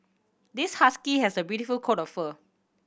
this husky has a beautiful coat of fur